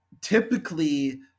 typically